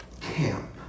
camp